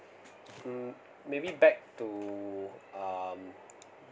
mm maybe back to um